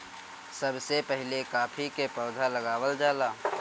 सबसे पहिले काफी के पौधा लगावल जाला